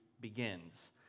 begins